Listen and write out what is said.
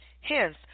Hence